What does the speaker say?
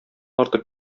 артык